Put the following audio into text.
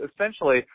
essentially